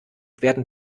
werden